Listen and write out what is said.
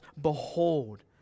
behold